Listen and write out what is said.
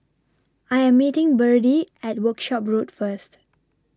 I Am meeting Byrdie At Workshop Road First